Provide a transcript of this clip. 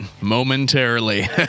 momentarily